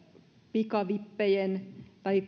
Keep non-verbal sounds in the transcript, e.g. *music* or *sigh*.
pikavippien tai *unintelligible*